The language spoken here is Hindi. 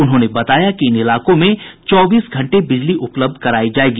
उन्होंने बताया कि इन इलाकों में चौबीस घंटे बिजली उपलब्ध करायी जायेगी